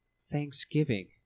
thanksgiving